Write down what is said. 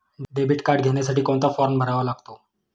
Debit card घेण्यासाठी कोणता form भरावा लागतो?